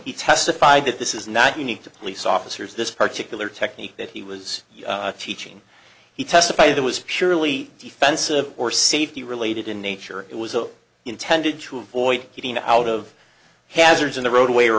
he testified that this is not unique to police officers this particular technique that he was teaching he testified to was purely defensive or safety related in nature it was a intended to avoid getting out of hazards in the roadway or